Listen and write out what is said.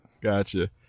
gotcha